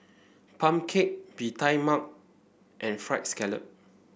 pumpkin cake Bee Tai Mak and fried scallop